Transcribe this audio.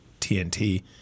TNT